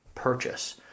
purchase